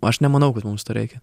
aš nemanau kad mums to reikia